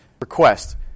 request